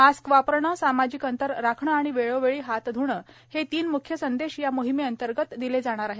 mask वापरणं सामाजिक अंतर राखणं आणि वेळोवेळी हात ध्णं हे तीन मुख्य संदेश या मोहिमेअंतर्गत दिले जाणार आहेत